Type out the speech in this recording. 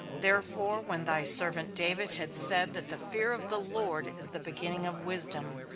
therefore when thy servant david had said that the fear of the lord is the beginning of wisdom,